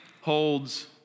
holds